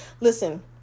listen